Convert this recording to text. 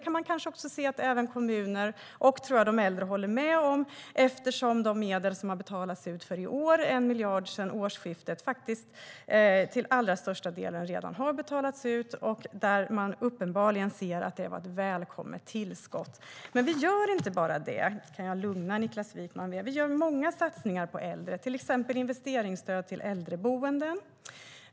Jag tror att även kommunerna och de äldre håller med om det eftersom nästan 1 miljard redan betalats ut sedan årsskiftet. Det var alltså uppenbart ett välkommet tillskott. Jag kan lugna Niklas Wykman med att vi gör många fler satsningar på äldre. Till exempel har vi investeringsstöd till äldreboenden.